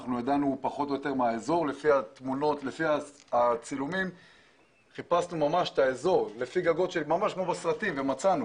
לפי התמונות והצילומים פחות או יותר ידענו